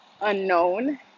unknown